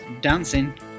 dancing